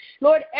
Lord